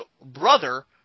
brother